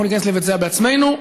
אנחנו ניכנס לבצע בעצמנו.